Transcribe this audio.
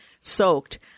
soaked